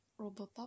Robopop